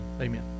Amen